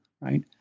right